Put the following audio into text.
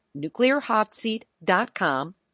NuclearHotSeat.com